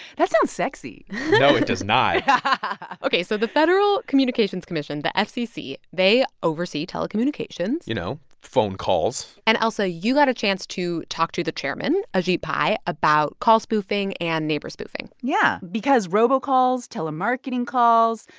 that sounds sexy no, it does not and ok. so the federal communications commission the ah fcc they oversee telecommunications you know, phone calls and, ailsa, you got a chance to talk to the chairman, ajit pai, about call spoofing and neighbor spoofing yeah. because robocalls, telemarketing calls,